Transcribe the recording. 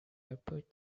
output